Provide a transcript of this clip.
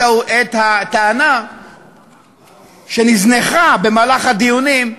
את הטענה שנזנחה במהלך הדיונים,